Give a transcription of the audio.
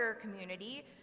community